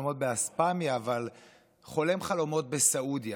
חלומות באספמיה אבל חולם חלומות בסעודיה,